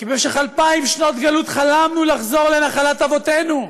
משך אלפיים שנות גלות חלמנו לחזור לנחלת אבותינו.